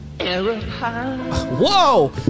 Whoa